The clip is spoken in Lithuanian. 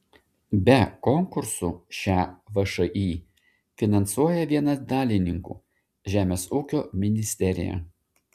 be konkursų šią všį finansuoja vienas dalininkų žemės ūkio ministerija